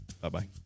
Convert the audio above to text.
Bye-bye